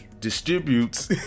distributes